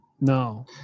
No